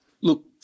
look